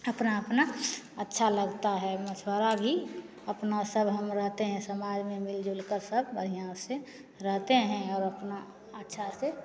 अपना अपना अच्छा लगता है मछुवारा भी अपना सब हम रहते हैं समाज में मिलजुल कर सब बढ़िया से रहते हैं और अपना अच्छा से